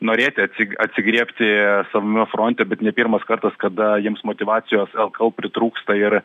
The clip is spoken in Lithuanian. norėti atsi atsigriebti savame fronte bet ne pirmas kartas kada jiems motyvacijos lkl pritrūksta ir